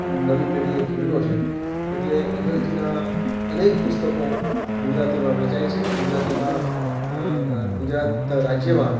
નવી પેઢીએ કેળવ્યો છે એટલે અંગ્રેજીનાં અનેક પુસ્તકો ગુજરાતીમાં વેચાય છે ગુજરાતીમાં ગુજરાત રાજ્યમાં